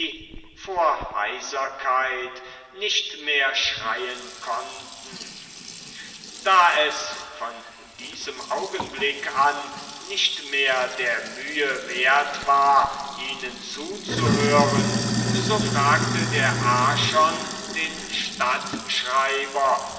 vor heiserkeit nicht mehr schreien konnten da es von diesem augenblick an nicht mehr der mühe wert war ihnen zuzuhören so fragte der archon den stadtschreiber